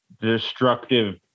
destructive